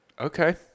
Okay